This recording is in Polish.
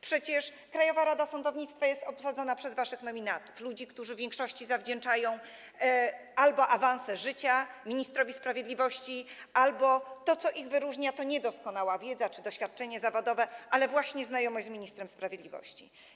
Przecież Krajowa Rada Sądownictwa jest obsadzona przez waszych nominatów, tj. albo ludzi, którzy w większości zawdzięczają awanse życia ministrowi sprawiedliwości, albo ludzi, których wyróżnia nie doskonała wiedza czy doświadczenie zawodowe, ale właśnie znajomość z ministrem sprawiedliwości.